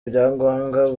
ibyangombwa